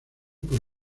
por